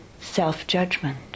self-judgment